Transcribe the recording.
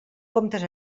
comptes